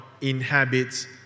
inhabits